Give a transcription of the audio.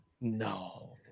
No